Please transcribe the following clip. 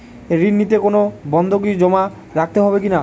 ঋণ নিতে কোনো বন্ধকি জমা রাখতে হয় কিনা?